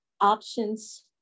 options